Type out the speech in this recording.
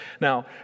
Now